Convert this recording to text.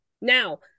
Now